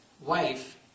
wife